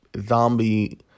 zombie